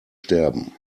sterben